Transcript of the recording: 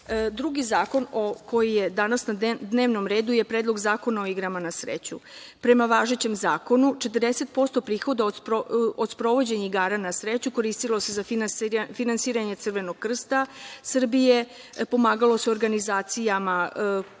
zakon koji je danas na dnevnom redu je Predlog zakona o igrama na sreću. Prema važećem zakonu 40% prihoda od sprovođenja igara na sreću koristilo se za finansiranje Crvenog krsta Srbije, pomagalo se u organizacijama i